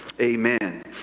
amen